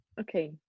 okay